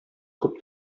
күп